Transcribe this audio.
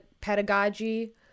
Pedagogy